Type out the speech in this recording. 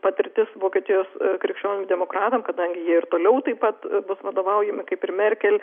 patirtis vokietijos krikščionim demokratam kadangi jie ir toliau taip pat bus vadovaujama kaip ir merkel